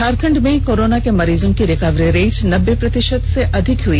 झारखंड में कोरोना के मरीजों की रिकवरी रेट नब्बे प्रतिषत से अधिक हुई